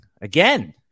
again